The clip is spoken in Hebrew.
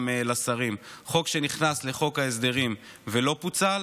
לשרים: חוק שנכנס לחוק ההסדרים ולא פוצל